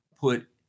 put